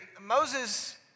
Moses